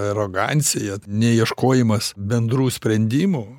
arogancija neieškojimas bendrų sprendimų